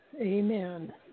Amen